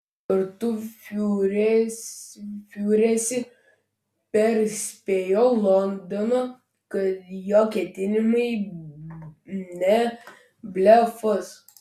kartu fiureris perspėjo londoną kad jo ketinimai ne blefas